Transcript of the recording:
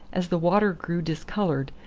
as the water grew discoloured,